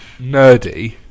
nerdy